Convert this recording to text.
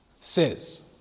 says